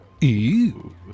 Ew